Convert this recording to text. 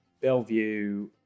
Bellevue